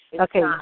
Okay